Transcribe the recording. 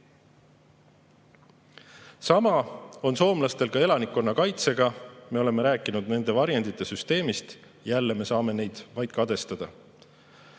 Sama on soomlastel ka elanikkonnakaitsega. Me oleme rääkinud nende varjendite süsteemist. Jälle me saame neid vaid kadestada.